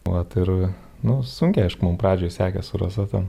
vat ir nu sunkiai aišku mum pradžioj sekės su rasa ten